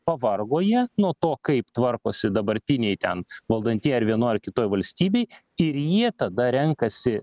pavargo jie nuo to kaip tvarkosi dabartiniai ten valdantieji ar vienoj ar kitoj valstybėj ir jie tada renkasi